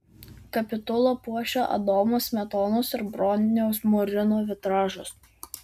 kapitulą puošią adomo smetonos ir broniaus murino vitražas